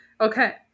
Okay